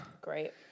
Great